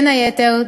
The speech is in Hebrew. בין היתר,